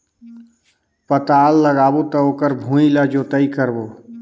पातल लगाबो त ओकर भुईं ला जोतई करबो?